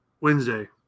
Wednesday